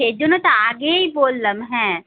সেই জন্য তো আগেই বললাম হ্যাঁ